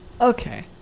Okay